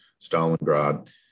Stalingrad